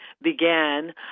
began